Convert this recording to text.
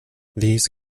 these